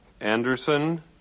Anderson